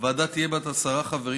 הוועדה תהיה בת עשרה חברים,